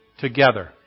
together